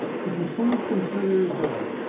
could you please consider this?